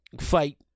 fight